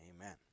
Amen